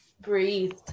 breathed